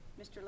Mr